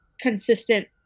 consistent